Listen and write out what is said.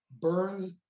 burns